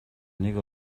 нэг